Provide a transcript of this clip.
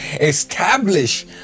establish